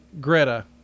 Greta